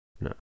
No